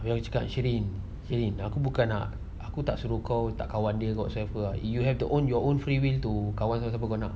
dia orang cakap sheryn sheryn aku bukan nak aku tak suruh kau tak kawan dia you have to own your own free will to kawan siapa-siapa kamu nak